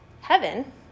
heaven